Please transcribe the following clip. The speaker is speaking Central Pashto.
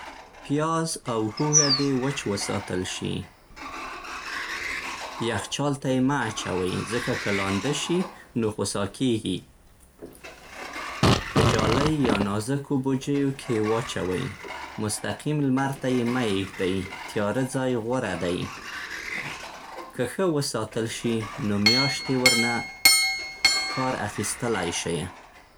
پیاز او هوږه دې وچ وساتل شي. یخچال ته یې مه اچوئ، ځکه که لانده شي؛ نو خوسا کېږي. په جالۍ یا نازکو بوجیو کې یې واچوئ. مستقیم لمر ته يې مه ایږدئ، تیاره ځای غوره دی. که ښه وساتل شي، نو میاشتې ورنه کار اخيستلای شی.